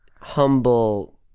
humble